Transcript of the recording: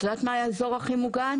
את יודעת מה היה האזור הכי מוגן?